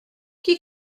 qui